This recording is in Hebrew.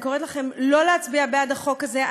אני קוראת לכם שלא להצביע בעד החוק הזה.